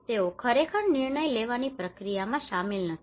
તેઓ ખરેખર નિર્ણય લેવાની પ્રક્રિયામાં શામેલ નથી